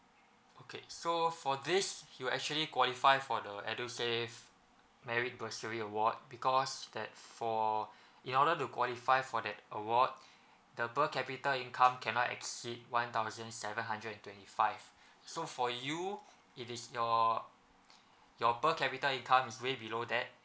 okay so for this you actually qualify for the edusave merit bursary award because that for in order to qualify for that award the per capita income cannot exceed one thousand seven hundred and twenty five so for you it is your your per capita income is way below that